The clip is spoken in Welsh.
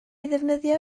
ddefnyddio